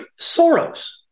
Soros